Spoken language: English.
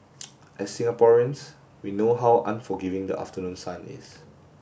as Singaporeans we know how unforgiving the afternoon sun is